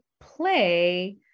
play